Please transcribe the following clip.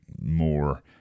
more